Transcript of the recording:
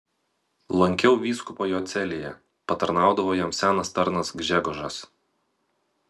lankiau vyskupą jo celėje patarnaudavo jam senas tarnas gžegožas